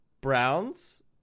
Browns